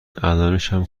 الانشم